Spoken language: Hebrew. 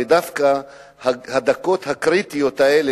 ודווקא הדקות הקריטיות האלה,